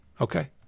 okay